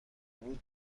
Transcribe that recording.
بود